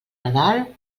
nadal